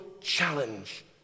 challenge